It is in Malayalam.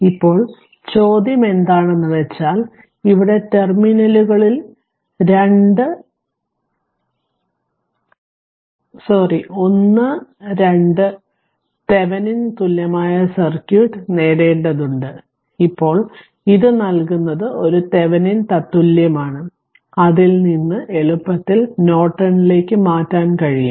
ഇപ്പോൾ ചോദ്യം എന്താണെന്നു വെച്ചാൽ ഇവിടെ ടെർമിനലുകളിൽ 1 2 തെവെനിൻ തുല്യമായ സർക്യൂട്ട് നേടേണ്ടതുണ്ട് ഇപ്പോൾ ഇത് നൽകുന്നത് ഒരു തെവെനിൻ തത്തുല്യമാണ് അതിൽ നിന്ന് എളുപ്പത്തിൽ നോർട്ടണിലേക്ക് മാറ്റാൻ കഴിയും